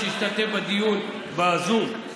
שהשתתף בדיון בזום,